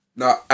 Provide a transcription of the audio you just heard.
now